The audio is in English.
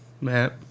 Matt